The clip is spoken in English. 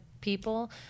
people